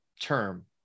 term